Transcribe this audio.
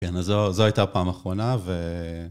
כן, אז זו הייתה הפעם האחרונה, ו...